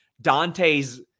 Dante's